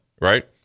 right